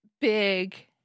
big